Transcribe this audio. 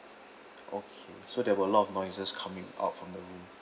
okay so there were a lot of noises coming out from the room